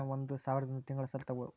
ನಾನು ಒಂದು ಸಾವಿರದಿಂದ ತಿಂಗಳ ಸಾಲ ತಗಬಹುದಾ?